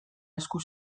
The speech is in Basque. esku